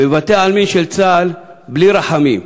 בבתי-העלמין של צה"ל, בלי רחמים,